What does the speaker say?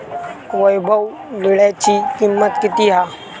वैभव वीळ्याची किंमत किती हा?